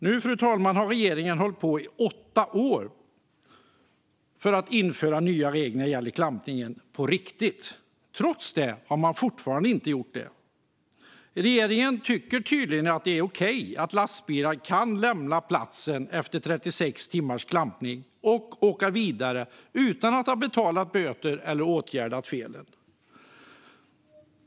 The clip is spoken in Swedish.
Nu har regeringen haft åtta år på sig att införa nya regler för klampning "på riktigt". Trots det har man fortfarande inte gjort det. Regeringen tycker tydligen att det är okej att lastbilar kan lämna platsen efter 36 timmars klampning och åka vidare utan att ha betalat böter eller åtgärdat felen.